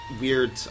weird